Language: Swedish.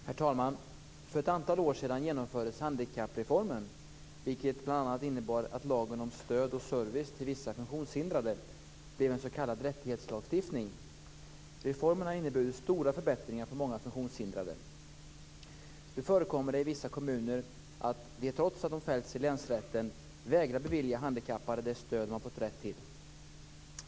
Herr talman! För ett antal år sedan genomfördes handikappreformen vilket bl.a. innebar att lagen som stöd och service till vissa funktionshindrade blev en s.k. rättighetslagstiftning. Reformen har inneburit stora förbättringar för många funktionshindrade. Nu förekommer det att vissa kommuner trots att de fällts i länsrätten vägrar bevilja handikappade de stöd de har fått rätt till.